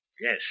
Yes